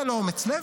זה לא אומץ לב?